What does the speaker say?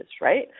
right